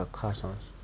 car sound